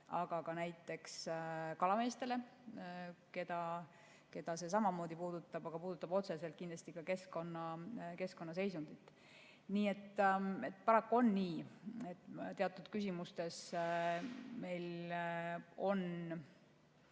näiteks kalameestele, keda see puudutab, aga see puudutab otseselt kindlasti ka keskkonnaseisundit. Nii et paraku on nii, et teatud küsimustes on